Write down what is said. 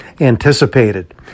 anticipated